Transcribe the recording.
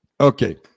Okay